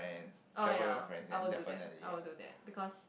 oh ya I will do that I will do that because